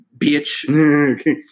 Bitch